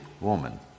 woman